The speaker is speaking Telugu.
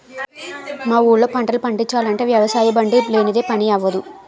మా ఊళ్ళో పంటలు పండిచాలంటే వ్యవసాయబండి లేనిదే పని అవ్వదు